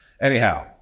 Anyhow